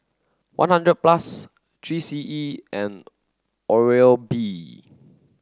one hundred plus three C E and Oral B